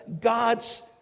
God's